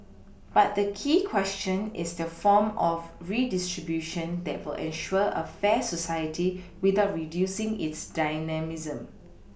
but the key question is the form of redistribution that will ensure a fair society without Reducing its dynamism